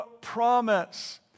promise